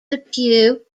depew